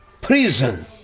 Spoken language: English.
prison